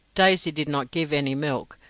daisy did not give any milk,